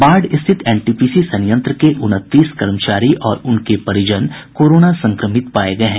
बाढ़ स्थित एनटीपीसी संयंत्र के उनतीस कर्मचारी और उनके परिजन कोरोना संक्रमित पाये गये हैं